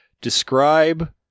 describe